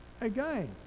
Again